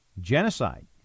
genocide